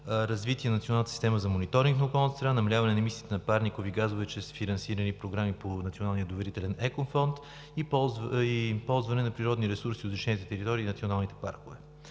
развитие на националната система за мониторинг на околната среда, намаляване на емисиите на парникови газове чрез финансирани програми по Националния доверителен екофонд и ползване на природни ресурси от защитените територии и националните паркове.